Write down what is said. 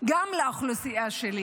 גם לאוכלוסייה שלי